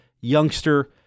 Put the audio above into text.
youngster